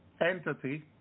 entity